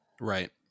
Right